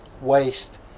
waste